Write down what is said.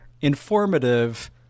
informative